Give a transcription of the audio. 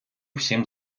всім